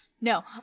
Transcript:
No